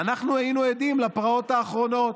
ואנחנו היינו עדים לפרעות האחרונות.